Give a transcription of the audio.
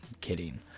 kidding